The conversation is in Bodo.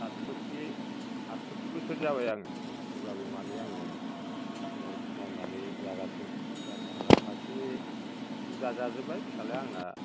साथस'थि आथस'थि बोसोर जाबाय आङो अब्लाबो माने आङो खुनुरुखुम मावनानै जागासिनो दं दा फिसाला सासे जुदा जाजोब्बाय फिसालाया आंना